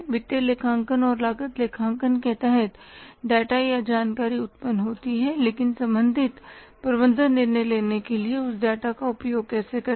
वित्तीय लेखांकन और लागत लेखांकन के तहत डेटा या जानकारी उत्पन्न होती है लेकिन संबंधित प्रबंधन निर्णय लेने के लिए उस डेटा का उपयोग कैसे करें